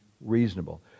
reasonable